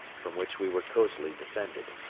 from which we were cosily defended.